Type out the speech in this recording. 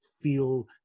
feel